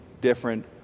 different